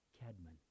Cadman